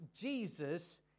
Jesus